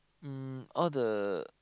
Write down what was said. um all the